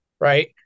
right